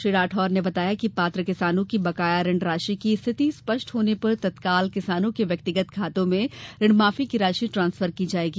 श्री राठौर ने बताया है कि पात्र किसानों की बकाया ऋण राशि की स्थिति स्पष्ट होने पर तत्काल किसानों के व्यक्तिगत खातों में ऋण माफी की राशि ट्रांसफर की जायेगी